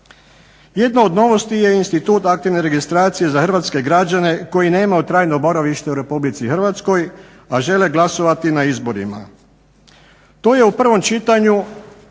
Jedno od novosti je i Institut aktivne registracije za hrvatske građane koji nemaju trajno boravište u RH, a žele glasovati na izborima. To je u prvom čitanju